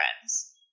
friends